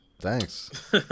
thanks